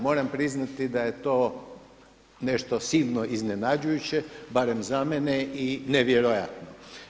Moram priznati da je to nešto silno iznenađujuće, barem za mene i nevjerojatno.